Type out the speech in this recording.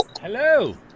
Hello